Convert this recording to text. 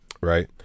Right